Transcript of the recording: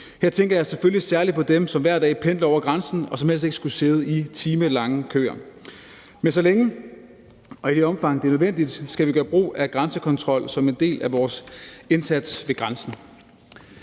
Her tænker jeg selvfølgelig særlig på dem, som hver dag pendler over grænsen, og som helst ikke skulle sidde i timelange køer. Men så længe og i det omfang det er nødvendigt, skal vi gøre brug af grænsekontrol som en del af vores indsats ved grænsen.